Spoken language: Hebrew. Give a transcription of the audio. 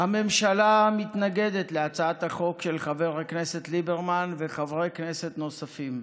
הממשלה מתנגדת להצעת החוק של חבר הכנסת ליברמן וחברי כנסת נוספים.